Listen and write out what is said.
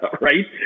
right